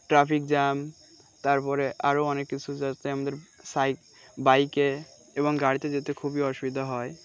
traffic jam তারপরে আরও অনেক কিছু যাতে আমাদের সাই বাইকে এবং গাড়িতে যেতে খুবই অসুবিধা হয়